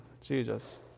Jesus